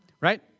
right